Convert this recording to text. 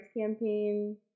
campaign